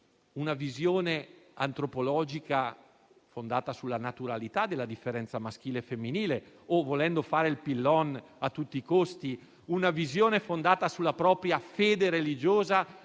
una visione antropologica fondata sulla naturalità della differenza maschile e femminile o - volendo fare il Pillon a tutti i costi - una visione fondata sulla propria fede religiosa